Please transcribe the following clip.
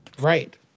Right